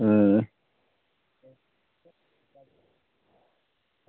अं